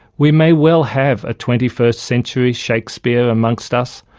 we may well have a twenty first century shakespeare amongst us,